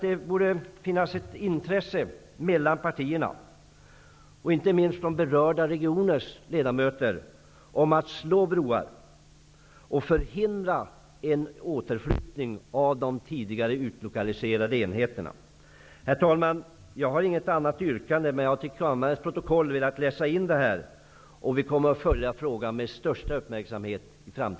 Det borde finnas ett intresse från alla partier, och inte minst från berörda regioners ledamöter, att slå broar och förhindra en återflyttning av de tidigare utlokaliserade enheterna. Herr talman! Jag har inget annat yrkande, men jag har till kammarens protokoll velat läsa in detta. Vi kommer i framtiden att följa frågan med största uppmärksamhet.